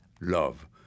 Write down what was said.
love